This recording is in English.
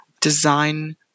design